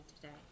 today